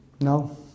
No